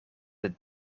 het